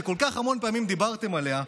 שכל כך הרבה פעמים דיברתם עליה,